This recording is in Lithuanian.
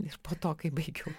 ir po to kai baigiau